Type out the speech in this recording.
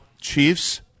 Chiefs